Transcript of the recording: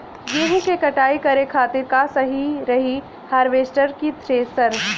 गेहूँ के कटाई करे खातिर का सही रही हार्वेस्टर की थ्रेशर?